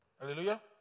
Hallelujah